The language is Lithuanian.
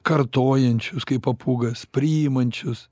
kartojančius kaip papūgas priimančius